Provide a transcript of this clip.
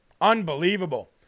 Unbelievable